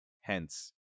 hence